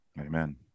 Amen